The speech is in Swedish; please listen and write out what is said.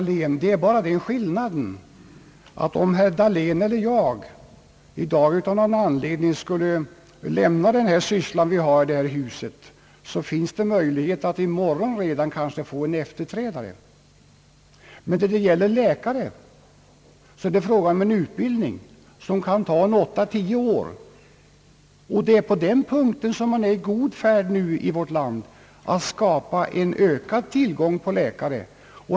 Herr talman! Om herr Dahlén eller jag i dag av någon anledning skulle lämna den syssla som vi har här i huset, finns det möjlighet att kanske redan i morgon få en efterträdare, men läkarnas utbildning kan ta 8—10 år. I vårt land är man nu i god färd med att skapa en ökad tillgång på läkare.